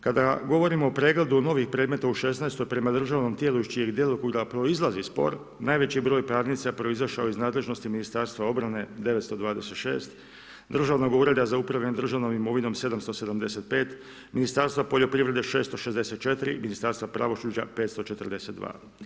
Kada govorimo o pregledu novih predmeta u 2016. prema državnom tijelu iz čijeg djelokruga proizlazi spor, najveći broj parnica proizašao je iz nadležnosti Ministarstva obrane – 926, Državnog ureda za upravljanje državnom imovinom – 775, Ministarstva poljoprivrede – 664, Ministarstva pravosuđa – 542.